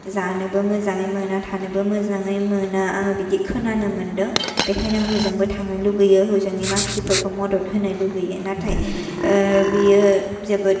जानोबो मोजाङै मोना थानोबो मोजाङै मोना आङो बिदि खोनानो मोनदों बेखायनो आं हजोंबो थांनो लुगैयो हजोंनि मानसिफोरखौ मदद होनो लुगैयो नाथाय बियो जोबोद